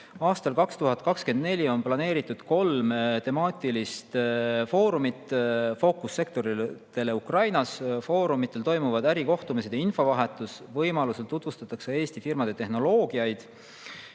Aastaks 2024 on planeeritud kolm temaatilist foorumit fookussektoritele Ukrainas. Foorumitel toimuvad ärikohtumised ja infovahetus, võimalusel tutvustatakse Eesti firmade tehnoloogiaid.